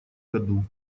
году